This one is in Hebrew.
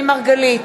לגמלאות האלה,